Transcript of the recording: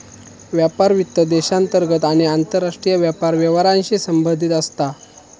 व्यापार वित्त देशांतर्गत आणि आंतरराष्ट्रीय व्यापार व्यवहारांशी संबंधित असता